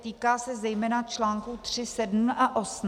Týká se zejména článků 3, 7 a 8.